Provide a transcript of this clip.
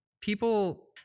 people